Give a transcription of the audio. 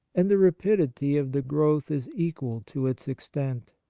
and the rapidity of the growth is equal to its extent.